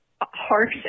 harsh